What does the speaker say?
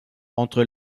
entre